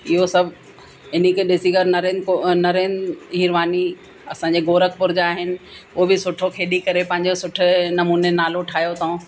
इहो सभु इन खे ॾिसी कर नरेन को नरेन हिरवानी असांजे गोरखपूर जा आहिनि उहो बि सुठो खेॾी करे पंहिंजो सुठे नमूने नालो ठाहियो अथऊं